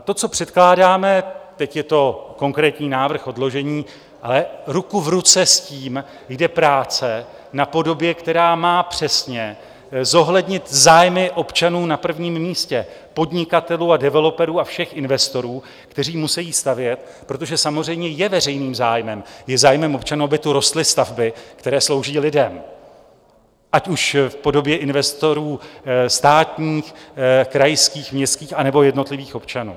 To, co předkládáme teď, je konkrétní návrh odložení, ale ruku v ruce s tím jde práce na podobě, která má přesně zohlednit zájmy občanů na prvním místě, podnikatelů a developerů a všech investorů, kteří musejí stavět, protože samozřejmě je veřejným zájmem, je zájmem občanů, aby tu rostly stavby, které slouží lidem, ať už v podobě investorů státních, krajských, městských anebo jednotlivých občanů.